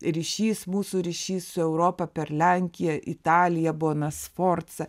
ryšys mūsų ryšys su europa per lenkiją italiją bona sforca